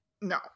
No